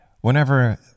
whenever